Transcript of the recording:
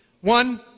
One